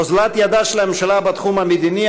אוזלת ידה של הממשלה בתחום המדיני,